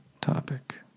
topic